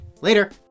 Later